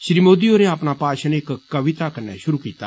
श्री मोदी होरें अपना भाशण इक कविता कन्नै षुरु कीता